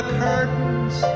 curtains